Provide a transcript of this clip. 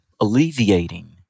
alleviating